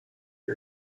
the